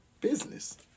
business